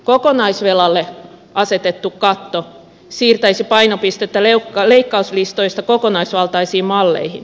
kokonaisvelalle asetettu katto siirtäisi painopistettä leikkauslistoista kokonaisvaltaisiin malleihin